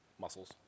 muscles